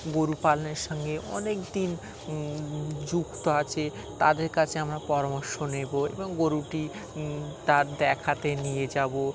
গরু পালনের সঙ্গে অনেক দিন যুক্ত আছে তাদের কাছে আমরা পরামর্শ নেব এবং গরুটি তার দেখাতে নিয়ে যাব